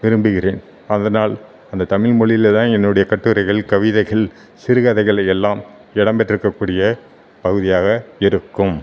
விரும்புகிறேன் அதனால் அந்த தமிழ் மொழியில தான் என்னுடைய கட்டுரைகள் கவிதைகள் சிறுகதைகள் எல்லாம் இடம் பெற்றிருக்கக்கூடிய கவிதையாக இருக்கும்